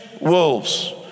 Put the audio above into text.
wolves